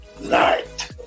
night